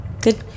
Good